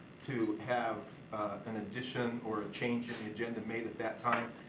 to have an addition or a change in the agenda made at that time,